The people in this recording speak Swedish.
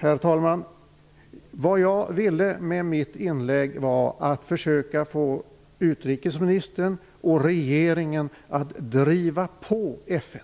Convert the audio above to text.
Herr talman! Vad jag ville med mitt inlägg var att försöka få utrikesministern och regeringen att driva på FN.